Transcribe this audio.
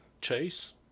chase